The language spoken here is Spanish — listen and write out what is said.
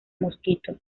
mosquito